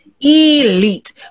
Elite